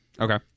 Okay